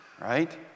right